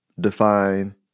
define